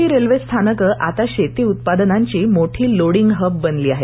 छोटी रेल्वे स्थानक आता शेती उत्पादनांच्या मोठी लोडिंग हब बनली आहेत